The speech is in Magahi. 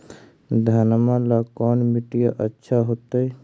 घनमा ला कौन मिट्टियां अच्छा होतई?